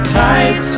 tight